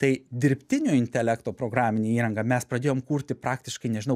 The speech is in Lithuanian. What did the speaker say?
tai dirbtinio intelekto programinę įrangą mes pradėjom kurti praktiškai nežinau